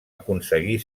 aconseguir